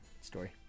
story